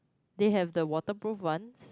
they have the waterproof one